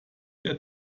der